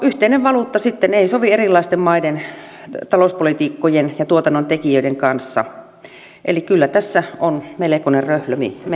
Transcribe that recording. yhteinen valuutta ei sovi erilaisten maiden talouspolitiikkojen ja tuotannon tekijöiden kanssa eli kyllä tässä on melkoinen röhlömi meneillään